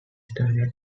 standard